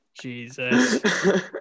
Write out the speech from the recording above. Jesus